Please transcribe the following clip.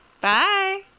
Bye